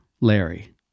Larry